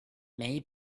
may